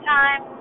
time